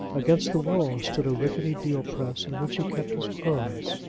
against the wall stood a rickety deal press in which he kept his clothes.